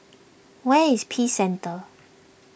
where is Peace Centre